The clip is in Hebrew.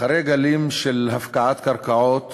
אחרי גלים של הפקעת קרקעות